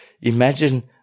Imagine